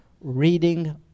reading